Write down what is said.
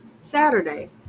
Saturday